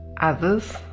others